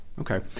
Okay